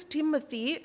Timothy